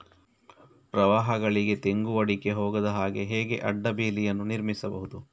ಪ್ರವಾಹಗಳಿಗೆ ತೆಂಗು, ಅಡಿಕೆ ಹೋಗದ ಹಾಗೆ ಹೇಗೆ ಅಡ್ಡ ಬೇಲಿಯನ್ನು ನಿರ್ಮಿಸಬಹುದು?